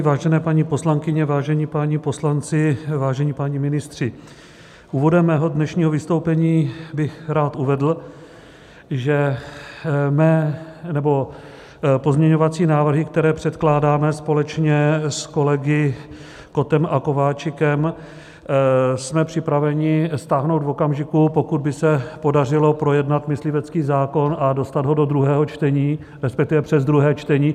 Vážené paní poslankyně, vážení páni poslanci, vážení páni ministři, úvodem svého dnešního vystoupení bych rád uvedl, že mé... nebo pozměňovací návrhy, které předkládáme společně s kolegy Kottem a Kováčikem, jsme připraveni stáhnout v okamžiku, pokud by se podařilo projednat myslivecký zákon a dostat ho do druhého čtení, respektive přes druhé čtení.